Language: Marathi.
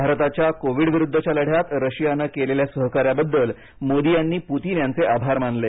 भारताच्या कोविड विरुद्धच्या लढ्यात रशियानं केलेल्या सहकार्याबद्दल मोदी यांनी पुतीन यांचे आभार मानले